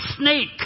snake